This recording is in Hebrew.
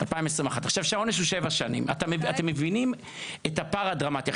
כשהעונש הוא שבע שנים, אתם מבינים את הפער הדרמטי.